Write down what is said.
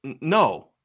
no